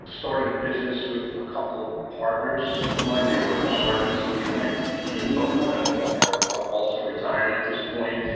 started a business with a couple of partners of mine, they were sergeants in the and like nypd, both of them are also retired at this point.